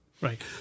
Right